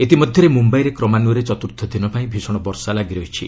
ଇତିମଧ୍ୟରେ ମୁମ୍ୟାଇରେ କ୍ରମାନ୍ୱୟରେ ଚତ୍ରର୍ଥ ଦିନ ପାଇଁ ଭିଷଣ ବର୍ଷା ଲାଗି ରହିଛି